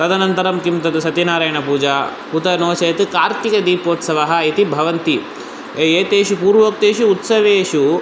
तदनन्तरं किं तद् सत्यनारायणपूजा उत नो चेत् कार्तिकदीपोत्सवः इति भवन्ति ए एतेषु पूर्वोक्तेषु उत्सवेषु